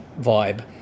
vibe